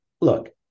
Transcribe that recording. Look